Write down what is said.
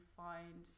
find